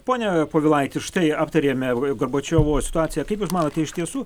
pone povilaiti štai aptarėme gorbačiovo situaciją kaip jūs manote iš tiesų